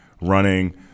running